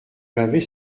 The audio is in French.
m’avait